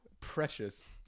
precious